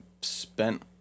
spent